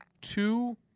two